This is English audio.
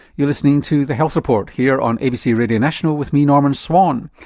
you're listening to the health report here on abc radio national with me norman swan.